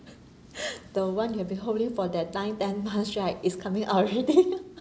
the one you have been holding for that nine ten months right is coming already